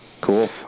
Cool